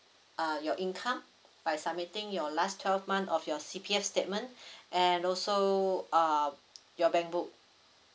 uh your income by submitting your last twelve month of your C_P_F statement and also uh your bankbook